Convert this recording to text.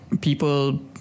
people